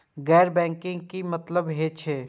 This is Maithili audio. गैर बैंकिंग के की मतलब हे छे?